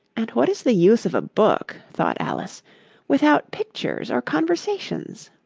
and what is the use of a book thought alice without pictures or conversations